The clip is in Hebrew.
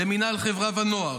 למינהל חברה ונוער,